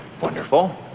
wonderful